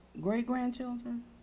great-grandchildren